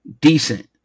decent